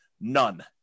None